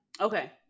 Okay